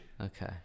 Okay